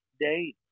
day